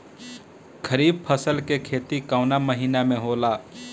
खरीफ फसल के खेती कवना महीना में होला?